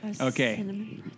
Okay